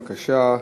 בבקשה.